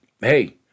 hey